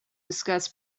discuss